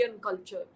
culture